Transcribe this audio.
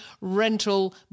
rental